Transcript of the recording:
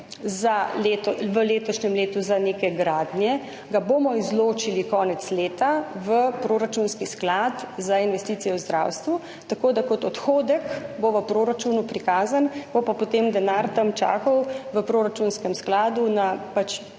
v letošnjem letu za neke gradnje, ga bomo izločili konec leta v proračunski sklad za investicije v zdravstvu. Tako da bo kot odhodek v proračunu prikazan, bo pa potem denar tam čakal v proračunskem skladu na